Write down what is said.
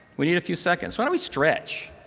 we need a few seconds. why don't we stretch?